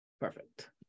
Perfect